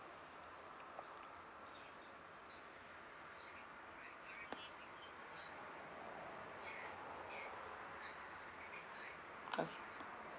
okay